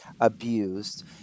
abused